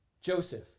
Joseph